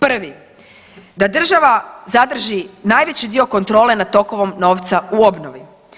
Prvi, da država zadrži najveći dio kontrole nad tokom novca u obnovi.